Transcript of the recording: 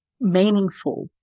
meaningful